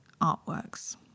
artworks